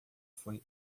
foi